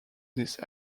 these